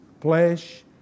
flesh